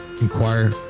inquire